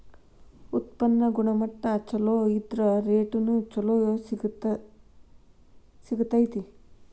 ಉತ್ಪನ್ನ ಗುಣಮಟ್ಟಾ ಚುಲೊ ಇದ್ರ ರೇಟುನು ಚುಲೊ ಸಿಗ್ತತಿ